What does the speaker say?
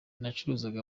nacuruzaga